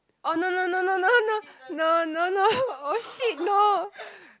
oh no no no no no no no no no oh shit no